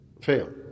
fail